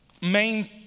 main